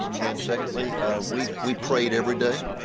and secondly we we prayed every day.